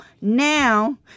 now